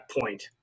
point